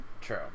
True